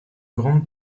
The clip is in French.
grande